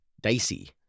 Dicey